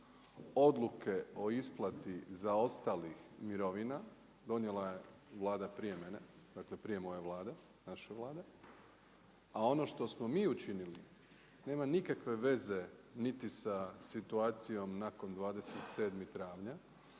odluke o isplati zaostalih mirovina, donijela je Vlada prije mene, dakle prije moje Vlade, naše Vlade. A ono što smo mi učinili, nema nikakve veze niti sa situacijom nakon 27. travnja,